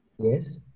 Yes